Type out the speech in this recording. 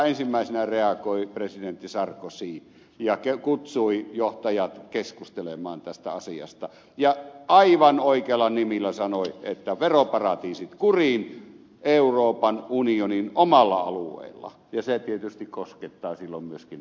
ensimmäisenä reagoi presidentti sarkozy ja kutsui johtajat keskustelemaan tästä asiasta ja aivan oikeilla nimillä sanoi että veroparatiisit kuriin euroopan unionin omalla alueella ja se tietysti koskettaa silloin myöskin